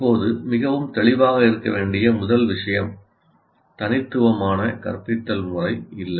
இப்போது மிகவும் தெளிவாக இருக்க வேண்டிய முதல் விஷயம் தனித்துவமான கற்பித்தல் முறை இல்லை